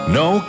no